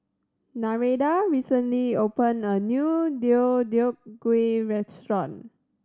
Nereida recently opened a new Deodeok Gui restaurant